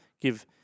give